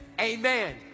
amen